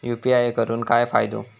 UPI करून काय फायदो?